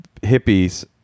hippies